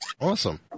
Awesome